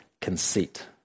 conceit